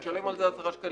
תשלם על זה 10 שקלים.